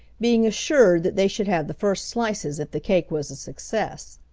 being assured that they should have the first slices if the cake was a success.